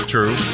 True